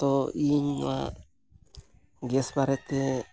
ᱛᱳ ᱤᱧ ᱱᱚᱣᱟ ᱵᱟᱨᱮᱛᱮ